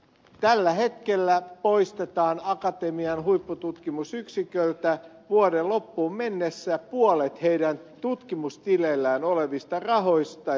tällä hetkellä poistetaan akatemian huippututkimusyksiköltä vuoden loppuun mennessä puolet heidän tutkimustileillään olevista rahoista